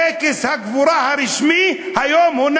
טקס הקבורה הרשמי החל כאן היום.